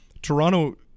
Toronto